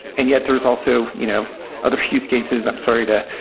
and yet there is also you know other use cases i'm sorry to